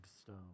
Stone